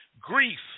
Grief